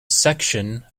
section